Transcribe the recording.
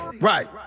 right